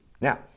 Now